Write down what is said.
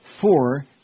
four